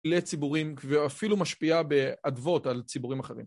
לציבורים ואפילו משפיעה באדוות על ציבורים אחרים.